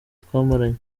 twamaranye